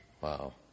Wow